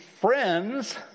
friends